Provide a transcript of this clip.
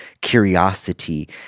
curiosity